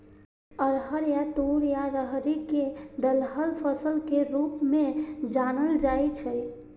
अरहर या तूर या राहरि कें दलहन फसल के रूप मे जानल जाइ छै